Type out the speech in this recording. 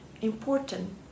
important